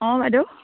অঁ বাইদেও